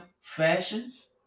Fashions